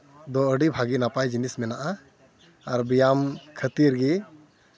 ᱫᱚ ᱟᱹᱰᱤ ᱵᱷᱟᱜᱮ ᱱᱟᱯᱟᱭ ᱡᱤᱱᱤᱥ ᱢᱮᱱᱟᱜᱼᱟ ᱟᱨ ᱵᱮᱭᱟᱢ ᱠᱷᱟᱹᱛᱤᱨ ᱜᱮ